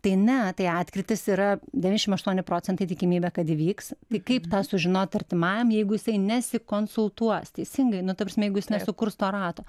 tai ne tai atkrytis yra devyniasdešimt aštuoni procentai tikimybė kad įvyks tai kaip tą sužinot artimajam jeigu jisai nesikonsultuos teisingai nu ta prasme jeigu jis nesukurs to rato